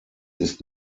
ist